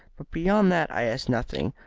but beyond that i ask nothing.